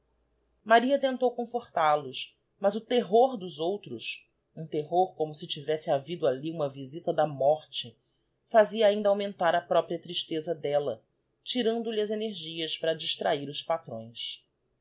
maria tentou conforcal os mas o terror dos outros um terror com o si tivesse havido alli uma visitada morte fazia ainda augmentar a própria tristeza d'ella tirando lhe as energias para distrahir os patrões